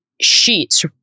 sheets